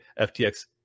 FTX